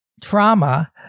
trauma